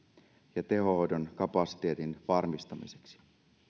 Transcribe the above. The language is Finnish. ja tehohoidon kapasiteetin varmistamiseksi